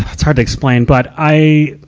that's hard to explain, but i,